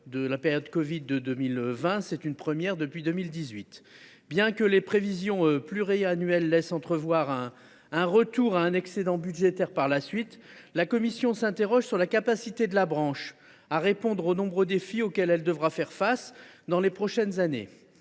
de la covid de 2020 exceptée, ce serait une première depuis 2018. Bien que les prévisions pluriannuelles laissent entrevoir un retour ultérieur à un excédent budgétaire, la commission s’interroge sur la capacité de la branche à répondre aux nombreux défis auxquels elle devra faire face dans les prochaines années.